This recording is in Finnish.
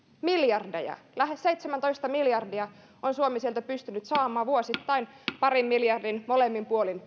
miljardeja lähes seitsemäntoista miljardia on suomi sieltä pystynyt saamaan vuosittain parin miljardin molemmin puolin